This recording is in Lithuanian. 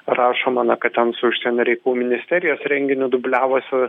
rašoma na kad ten su užsienio reikalų ministerijos renginiu dubliavosi